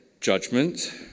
judgment